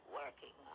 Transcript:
working